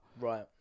Right